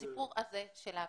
הסיפור הזה של האפוסטיל,